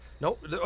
Nope